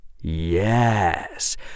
Yes